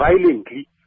violently